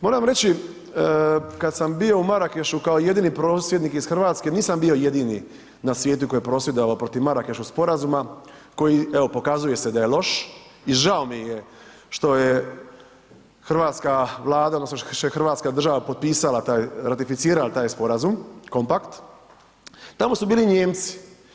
Moram reći kada sam bio u Marakešu kao jedini prosvjednik iz Hrvatske, nisam bio jedini na svijetu koji je prosvjedovao protiv Marakeškog sporazuma koji evo pokazuje se da je loš i žao mi je što je hrvatska Vlada, odnosno što je Hrvatska država potpisala taj, ratificirala taj sporazum, kompakt, tamo su bili Nijemci.